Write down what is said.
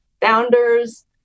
founders